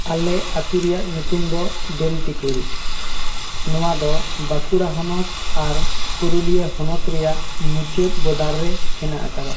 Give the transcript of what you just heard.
ᱟᱞᱮ ᱟᱛᱳ ᱨᱮᱭᱟᱜ ᱧᱩᱛᱩᱢ ᱫᱚ ᱵᱮᱞᱴᱤᱠᱩᱨᱤ ᱱᱚᱣᱟ ᱫᱚ ᱵᱟᱸᱠᱩᱲᱟ ᱦᱚᱱᱚᱛ ᱟᱨ ᱯᱩᱨᱩᱞᱤᱭᱟᱹ ᱦᱚᱱᱚᱛ ᱨᱮᱭᱟᱜ ᱢᱩᱪᱟᱹᱫ ᱵᱚᱰᱟᱨ ᱨᱮ ᱦᱮᱱᱟᱜ ᱟᱠᱟᱫᱟ